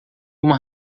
uma